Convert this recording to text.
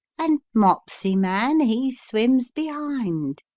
and mopseman, he swims behind.